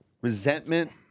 resentment